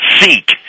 seek